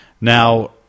Now